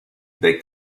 they